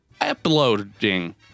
Uploading